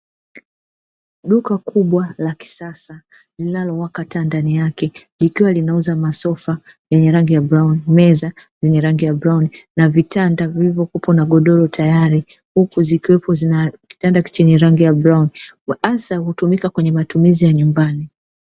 Duka kubwa la kisasa linalo waka taa ndani yake likiwa linauza masofa yenye rangi ya brauni, meza zenye rangi ya brauni na vitanda vilivyo kuwepo na godoro tayari, huku kukiwepo na kitanda chenye rangi ya brauni hasa hutumika kwenye matumizi ya nyumbani.